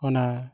ᱚᱱᱟ